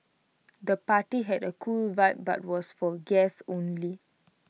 the party had A cool vibe but was for guests only